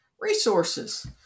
resources